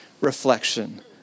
reflection